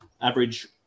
average